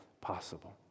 possible